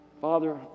Father